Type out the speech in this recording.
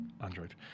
Android